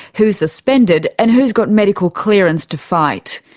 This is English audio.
who's suspended and who's got medical clearance to fight.